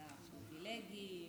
על הפריבילגים,